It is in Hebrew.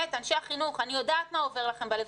אנשי החינוך, אני יודעת מה עובר לכם בלב.